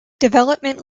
development